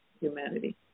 humanity